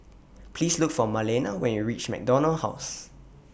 Please Look For Marlena when YOU REACH MacDonald House